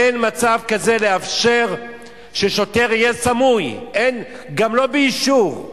אין מצב כזה לאפשר ששוטר יהיה סמוי, גם לא באישור.